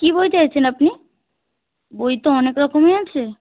কি বই চাইছেন আপনি বই তো অনেক রকমই আছে